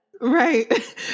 Right